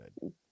good